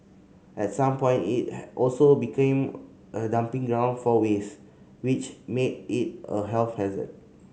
at some point it also became a dumping ground for waste which made it a health hazard